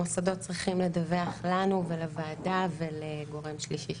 המוסדות צריכים לדווח לנו ולוועדה ולגורם שלישי.